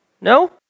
No